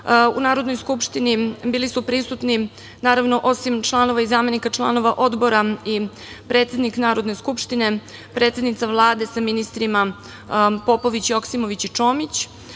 u Narodnoj skupštini bili su prisutni, naravno, osim članova i zamenika članova Odbora, i predsednik Narodne skupštine, predsednica Vlade sa ministrima Popović, Joksimović i Čomić,